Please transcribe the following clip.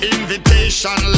Invitation